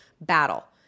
battle